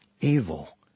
evil